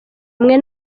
mwe